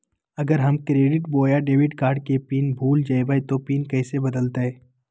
अगर हम क्रेडिट बोया डेबिट कॉर्ड के पिन भूल जइबे तो पिन कैसे बदलते?